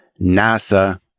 NASA